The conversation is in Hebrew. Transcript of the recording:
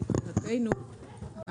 מבחינתנו,